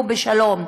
יחיו בשלום.